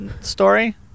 story